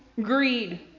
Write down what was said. greed